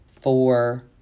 four